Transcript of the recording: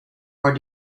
are